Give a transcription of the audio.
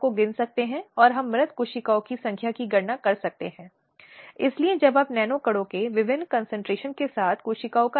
और उसे लगता है कि जीवन को जारी रखना मुश्किल हो सकता है उसकी शिक्षा के मामले में कैरियर की दृष्टि से